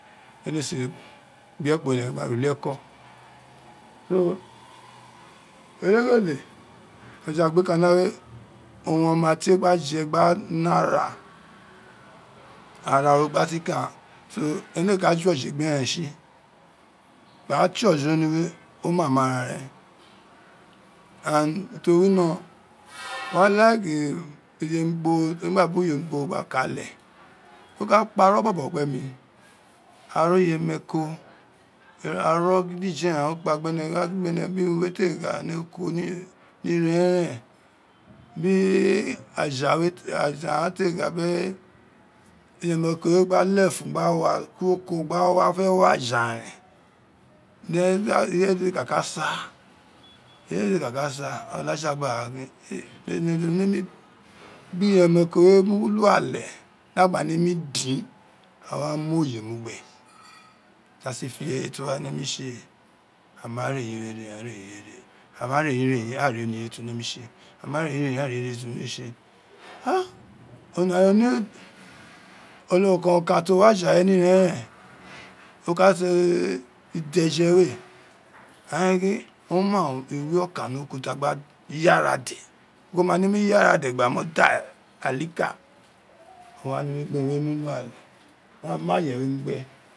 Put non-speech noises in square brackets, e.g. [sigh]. De ni éé si gbe ekpo ene gba re ulikọ so [noise] ghele ghele eja gbo kana we owun omatie ka ji gba ne ara ara ro ba si ka, so ene éé ka fe ge egbe ereu tsi gba ra to ọjọ muna o ma ma ra ren and do wino [noise] and [unintelligible] temi gba bi iyem kporo gba kale do ka, kpa rọ bọbọ gbe mi aro. iyemeri ko ira ara gidige aja gha tegha no ko ni ira eren ni aja [unintelligible] iyemeri ko we gba lefun gba wa kun oko gba wa, o fe wo aja ren, ireye dede kaka sa, ireye dede ka ka da olaju gba gin one to mini gbe iyemeriko we mu lu ale da gba nemi din a wa mu oye mu gbe, da si fe ireye to nemi tse a ma re yin a re yin, ama reyin aa ri ireye to nemi tse, a ma re yin re yin àà oniye to nemi tse a o ne ọnọkeren okan to wi aji we ni ira eren to ka tse ijede we ai gin o ma iwo okan ni oko ti gba ya ra de gin wo ma neino mọ ya de gba mo da oliku wo wa mu iyemeriko we mu lu ale da ma ye we mu gbe.